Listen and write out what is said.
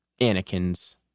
Anakin's